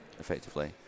effectively